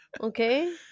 Okay